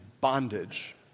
bondage